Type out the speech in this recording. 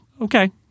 Okay